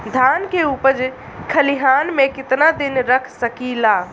धान के उपज खलिहान मे कितना दिन रख सकि ला?